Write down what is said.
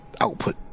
output